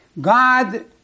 God